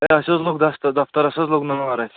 ہے اَسہِ حَظ لوٚگ دفتر دفترس حَظ لوٚگ نَار اَسہِ